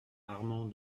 armand